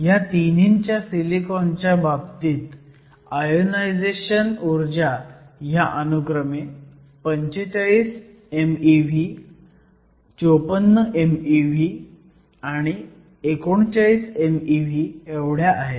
ह्या तिन्हींच्या सिलिकॉनच्या बाबतीत आयोनायझेशन ऊर्जा ह्या अनुक्रमे 45 mev 54 mev आणि 39 mev आहेत